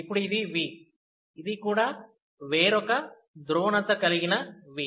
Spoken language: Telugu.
ఇప్పుడు ఇది V ఇది కూడా వేరొక ధ్రువణత కలిగిన V